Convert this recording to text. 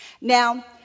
now